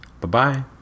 Bye-bye